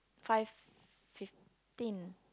five fifteen